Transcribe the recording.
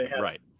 right